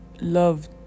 love